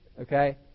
okay